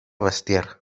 bestiar